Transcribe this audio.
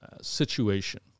situation